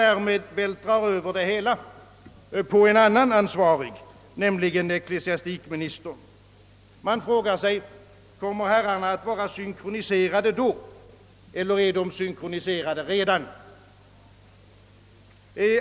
Därmed vältrar kommunikationsministern även över det hela på en annan ansvarig, nämligen ecklesiastikministern. Man frågar sig: Kommer herrarna att vara synkroniserade nästa år eller är de det redan?